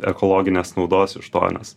ekologinės naudos iš to nes